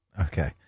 Okay